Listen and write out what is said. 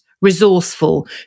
Resourceful